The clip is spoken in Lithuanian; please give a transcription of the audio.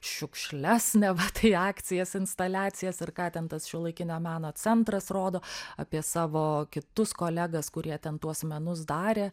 šiukšles neva tai akcijas instaliacijas ar ką ten tas šiuolaikinio meno centras rodo apie savo kitus kolegas kurie ten tuos menus darė